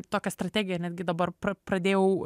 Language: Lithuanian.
tokią strategiją netgi dabar pra pradėjau